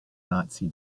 nazi